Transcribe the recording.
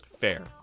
Fair